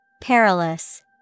Perilous